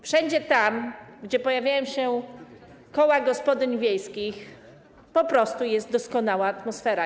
Wszędzie tam, gdzie pojawiają się koła gospodyń wiejskich, po prostu jest doskonała atmosfera.